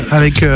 avec